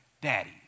daddy